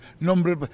number